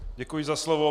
Děkuji za slovo.